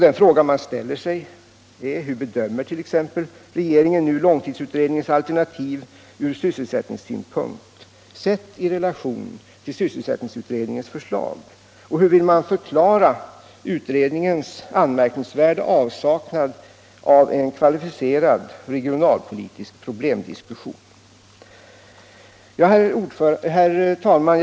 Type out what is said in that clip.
Den fråga man ställer sig är: Hur bedömer regeringen långtidsutredningens alternativ ur sysselsättningssynpunkt, sett i relation till sysselsättningsutredningens förslag, och hur vill man förklara utredningens anmärkningsvärda avsaknad av en kvalificerad regionalpolitisk problemdiskussion? Herr talman!